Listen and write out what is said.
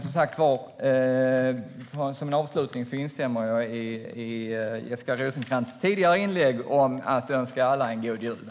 Som avslutning instämmer jag i vad Jessica Rosencrantz sa i sitt tidigare inlägg om en god jul till alla.